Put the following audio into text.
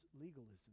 legalism